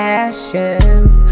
ashes